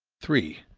three.